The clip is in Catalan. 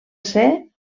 ser